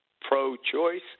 pro-choice